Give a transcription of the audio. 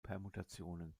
permutationen